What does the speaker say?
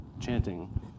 chanting